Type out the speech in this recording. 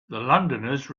londoners